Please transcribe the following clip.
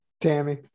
Tammy